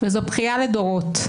וזו בכייה לדורות.